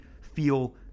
feel